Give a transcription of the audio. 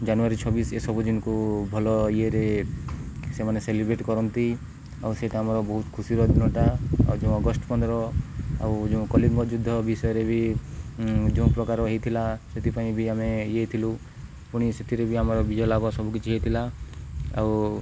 ଜାନୁଆରୀ ଛବିଶି ଏସବୁ ଦିନକୁ ଭଲ ଇଏରେ ସେମାନେ ସେଲିବ୍ରେଟ୍ କରନ୍ତି ଆଉ ସେଇଟା ଆମର ବହୁତ ଖୁସିର ଦିନଟା ଆଉ ଯେଉଁ ଅଗଷ୍ଟ ପନ୍ଦର ଆଉ ଯେଉଁ କଲିଙ୍ଗ ଯୁଦ୍ଧ ବିଷୟରେ ବି ଯେଉଁ ପ୍ରକାର ହେଇଥିଲା ସେଥିପାଇଁ ବି ଆମେ ଇଏଥିଲୁ ପୁଣି ସେଥିରେ ବି ଆମର ବିଜୟ ଲାଭ ସବୁକିଛି ହେଇଥିଲା ଆଉ